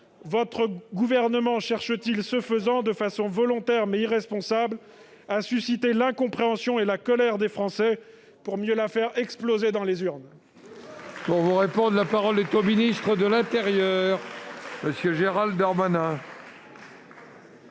votre gouvernement cherche-t-il ce faisant, de façon volontaire, mais irresponsable, à susciter l'incompréhension et la colère des Français, pour mieux la faire exploser dans les urnes ? La parole est à M. le ministre de l'intérieur. Devant une